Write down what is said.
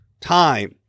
time